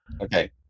Okay